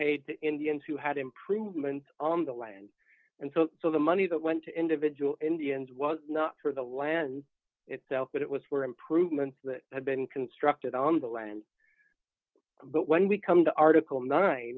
paid to indians who had improvements on the land and so so the money that went to individual indians was not for the land itself but it was for improvements that had been constructed on the land but when we come to article nine